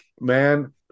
man